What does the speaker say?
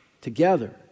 together